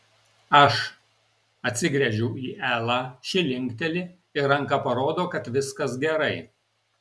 aš atsigręžiu į elą ši linkteli ir ranka parodo kad viskas gerai